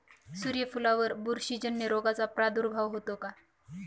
सूर्यफुलावर बुरशीजन्य रोगाचा प्रादुर्भाव होतो का?